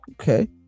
Okay